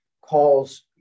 calls